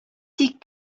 тик